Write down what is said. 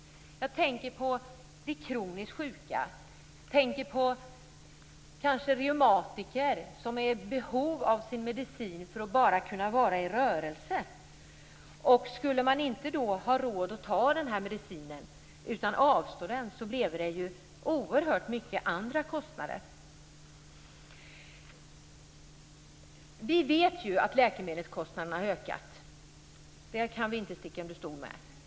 Jag tänker på de kroniskt sjuka, kanske på reumatiker som har behov av sin medicin bara för att kunna vara i rörelse. Skulle de inte ha råd att ta ut denna medicin utan får avstå från den, skulle det bli oerhört mycket andra kostnader. Vi vet ju att läkemedelskostnaderna har ökat. Det kan vi inte sticka under stol med.